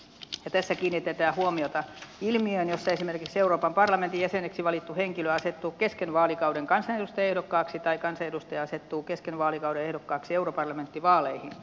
tässä kiinnitetään huomiota ilmiöön jossa esimerkiksi euroopan parlamentin jäseneksi valittu henkilö asettuu kesken vaalikauden kansanedustajaehdokkaaksi tai kansanedustaja asettuu kesken vaalikauden ehdokkaaksi europarlamenttivaaleihin